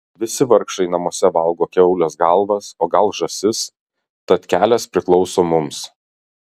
visi vargšai namuose valgo kiaulės galvas o gal žąsis tad kelias priklauso mums